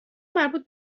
مربوط